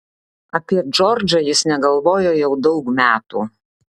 apie džordžą jis negalvojo jau daug metų